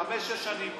חמש, שש שנים.